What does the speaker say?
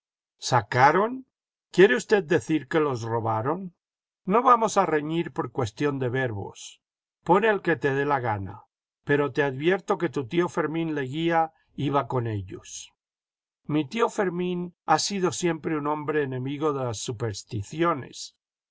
sacaron quiere usted decir que los robaron no vamos a reñir por cuestión de verbos pon el que te dé la gana pero te advierto que tu tío fermín leguía iba con ellos mi tío fermín ha sido siempre un homjdre enemigo de las supersticiones